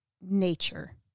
nature